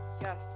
yes